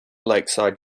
lakeside